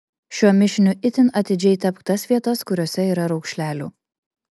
šiuo mišiniu itin atidžiai tepk tas vietas kuriose yra raukšlelių